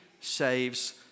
saves